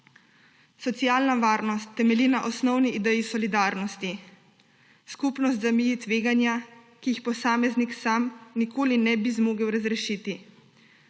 Socialna varnost temelji na osnovni ideji solidarnosti. Skupnost zameji tveganja, ki jih posameznik sam nikoli ne bi zmogel razrešiti.